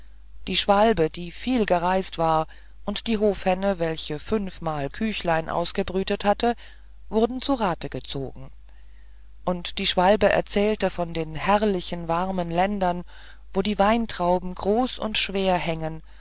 die schwalbe die viel gereist war und die hofhenne welche fünfmal küchlein ausgebrütet hatte wurden zu rate gezogen und die schwalbe erzählte von den herrlichen warmen ländern wo die weintrauben groß und schwer hängen